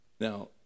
Now